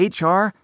HR